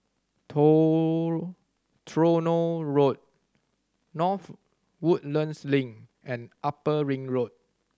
Tronoh Road North Woodlands Link and Upper Ring Road